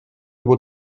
über